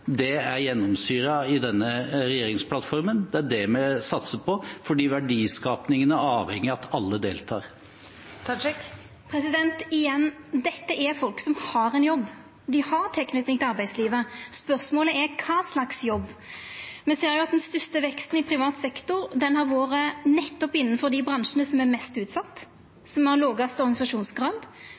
mener at det gjennomsyrer denne regjeringsplattformen, det er det vi satser på – fordi verdiskapingen er avhengig av at alle deltar. Igjen: Dette er folk som har ein jobb. Dei har tilknyting til arbeidslivet. Spørsmålet er kva slags jobb. Me ser at den største veksten i privat sektor har vore nettopp innanfor dei bransjane som er mest utsette, som har lågast organisasjonsgrad